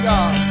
God